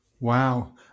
Wow